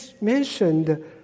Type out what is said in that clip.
mentioned